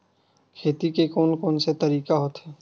खेती के कोन कोन से तरीका होथे?